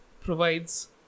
provides